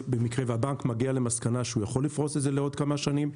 במקרה והבנק מגיע למסקנה שהוא יכול לפרוס את זה לעוד כמה שנים,